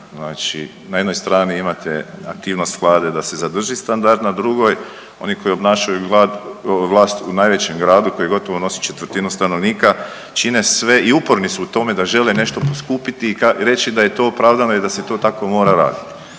Znači na jednoj strani imate aktivnost Vlade da se zadrži standard, na drugoj oni koji obnašaju vlast u najvećem gradu koji gotovo nosi četvrtinu stanovnika čine sve i uporni su u tome da žele nešto poskupiti i reći da je to opravdano i da se to tako mora raditi.